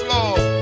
Lord